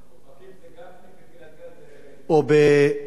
אופקים זה גפני וקריית-גת זה, או בקריית-מלאכי,